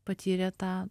patyrė tą